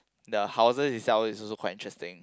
the houses itself is also quite interesting